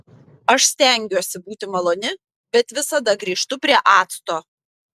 aš stengiuosi būti maloni bet visada grįžtu prie acto